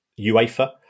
UEFA